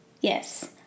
yes